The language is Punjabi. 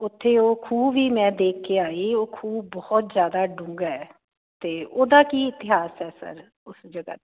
ਉੱਥੇ ਓਹ ਖੂਹ ਵੀ ਮੈਂ ਦੇਖ ਕੇੇ ਆਈ ਓਹ ਖੂਹ ਬਹੁਤ ਜਿਆਦਾ ਡੂੰਘਾ ਐ ਤੇ ਉਹਦਾ ਕੀ ਇਤਿਹਾਸ ਐ ਸਰ ਉਸ ਜਗਾ ਤੇ